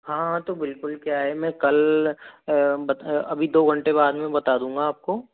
हाँ हाँ तो बिलकुल क्या है मैं कल अभी दो घंटे बाद में बता दूँगा आपको